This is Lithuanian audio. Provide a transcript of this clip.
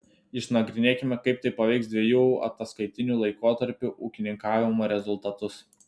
išnagrinėkime kaip tai paveiks dviejų ataskaitinių laikotarpių ūkininkavimo rezultatus